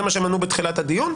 זה מה שהם ענו בתחילת הדיון.